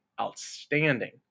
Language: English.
outstanding